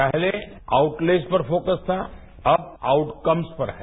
पहले आउटलेज पर फोकस था अब आउटकम्स पर है